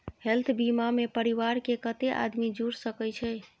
Health बीमा मे परिवार के कत्ते आदमी जुर सके छै?